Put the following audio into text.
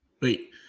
Wait